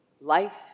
Life